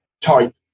type